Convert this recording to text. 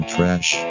Trash